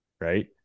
right